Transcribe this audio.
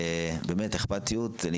אני רוצה לציין את האכפתיות שלה.